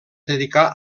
dedicà